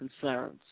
concerns